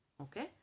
Okay